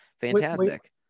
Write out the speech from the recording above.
Fantastic